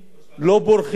ראש ועדת החינוך.